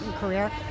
career